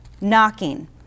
knocking